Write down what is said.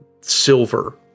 Silver